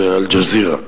ש"אל-ג'זירה"